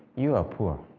you are poor,